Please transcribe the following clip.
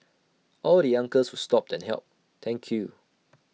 all the uncles who stopped and helped thank you